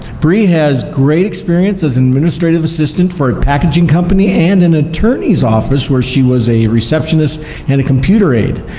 bree has great experience as an administrative assistant for a packaging company and an attorney's office, where she was a receptionist and a computer aide.